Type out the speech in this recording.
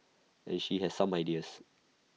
and she has some ideas